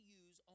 use